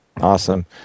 Awesome